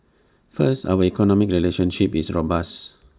first our economic relationship is robust